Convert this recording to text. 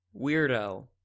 Weirdo